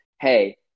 hey